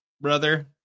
brother